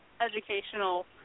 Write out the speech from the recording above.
educational